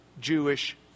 Jewish